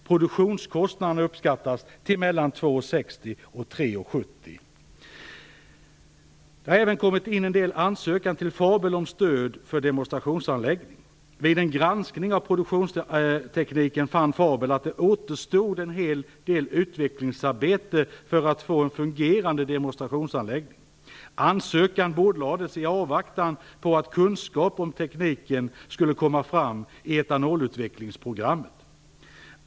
Produktionskostnaden uppskattades till mellan Det har även kommit in en ansökan till FABEL om stöd till en demonstrationsanläggning. Vid en granskning av produktionstekniken fann man vid FABEL att det återstod en hel del utvecklingsarbete för att få en fungerande demonstrationsanläggning. Ansökan bordlades i avvaktan på att kunskaper om tekniken skulle komma fram i etanolutvecklingsprogrammet.